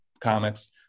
comics